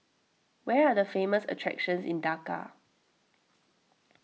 where are the famous attractions in Dhaka